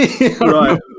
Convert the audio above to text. right